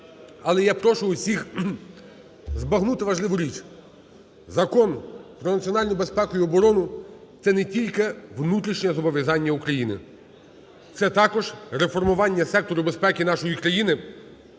Але я прошу всіх збагнути важливу річ. Закон про національну безпеку і оборону – це не тільки внутрішнє зобов'язання України, це також реформування сектору безпеки нашої країни